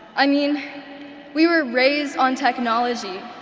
i mean we were raised on technology.